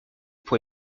pour